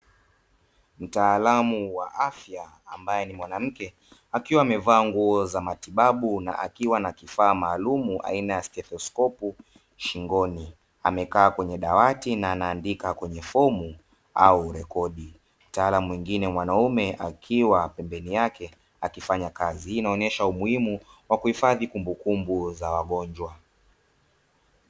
Mtaalamu wa afya ambaye ni mwanamke, akiwa amevaa nguo za matibabu na akiwa na kifaa maalumu aina ya stetoskopu shingoni, amekaa kwenye dawati na anaandika kwenye fomu au rekodi. Mtaalamu mwingine mwanaume akiwa pembeni yake akifanya kazi, hii inaonyesha umuhimu wa kuhifadhi kumbukumbu za wagonjwa.